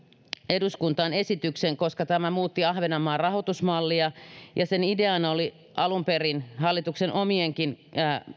eduskuntaan esityksen koska tämä muutti ahvenanmaan rahoitusmallia ja sen ideana oli alun perin hallituksen omienkin